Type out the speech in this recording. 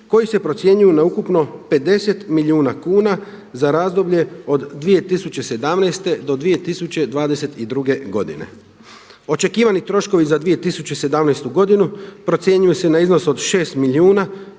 koji se procjenjuju na ukupno 50 milijuna kuna za razdoblje od 2017. do 2022. godine. Očekivani troškovi za 2017. godinu procjenjuju se na iznos od 6 milijuna